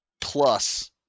plus